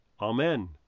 Amen